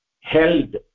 held